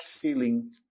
feeling